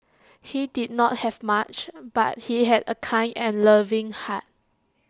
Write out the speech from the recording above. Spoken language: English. he did not have much but he had A kind and loving heart